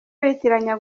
bitiranya